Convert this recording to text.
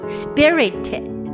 spirited